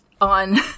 on